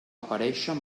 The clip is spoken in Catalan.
aparèixer